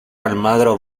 almagro